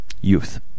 Youth